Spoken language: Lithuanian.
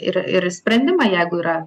ir ir sprendimą jeigu yra